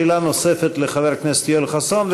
שאלה נוספת לחבר הכנסת יואל חסון,